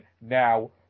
now